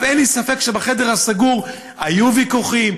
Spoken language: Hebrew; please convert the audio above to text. אין לי ספק שבחדר הסגור היו ויכוחים,